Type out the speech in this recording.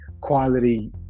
quality